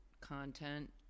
content